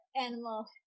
animal